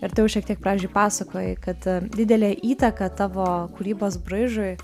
ir tu jau šiek tiek pradžioj pasakojai kad didelę įtaką tavo kūrybos braižui